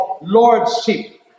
lordship